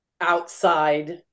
outside